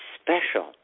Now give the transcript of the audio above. special